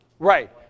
Right